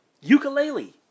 Ukulele